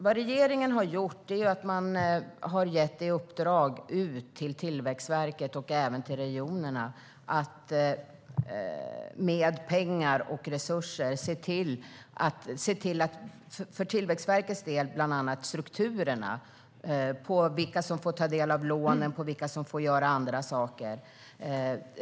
Vad regeringen har gjort är att ge i uppdrag till Tillväxtverket och även till regionerna att med pengar och resurser se över strukturerna. Tillväxtverket ska titta på vilka som får ta del av lånen och göra andra saker.